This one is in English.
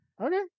okay